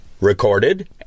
recorded